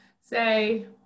say